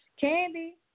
Candy